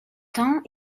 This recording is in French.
temps